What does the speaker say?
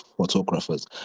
photographers